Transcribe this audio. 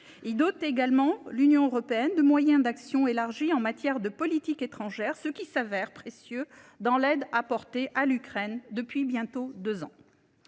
Il dote également l’Union européenne de moyens d’action élargis en matière de politique étrangère, ce qui s’avère précieux dans l’aide apportée à l’Ukraine depuis bientôt deux ans.